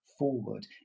forward